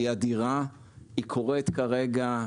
היא קורית כרגע,